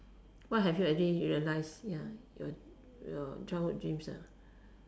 what have you already realised ya your your childhood dreams lah